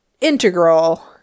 integral